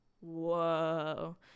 whoa